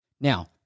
Now